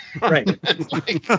Right